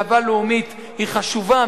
גאווה לאומית היא חשובה,